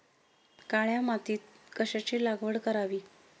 काळ्या मातीत कशाची लागवड करावी?